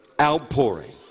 outpouring